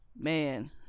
man